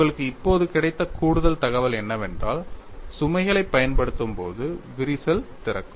உங்களுக்கு இப்போது கிடைத்த கூடுதல் தகவல் என்னவென்றால் சுமைகளைப் பயன்படுத்தும் போது விரிசல் திறக்கும்